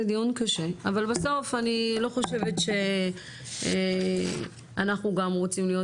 זה דיון קשה אבל בסוף אני לא חושבת שאנחנו גם רוצים להיות